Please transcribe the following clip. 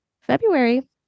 February